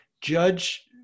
judge